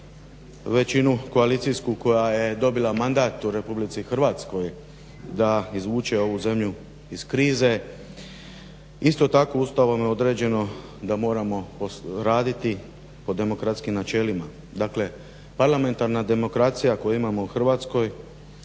većinu koalicijsku koja je dobila mandat u Republici Hrvatskoj da izvuče ovu zemlju iz krize, isto tako Ustavom je određeno da moramo raditi po demokratskim načelima. Dakle parlamentarna demokracija koju imamo u Hrvatskoj